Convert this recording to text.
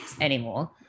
anymore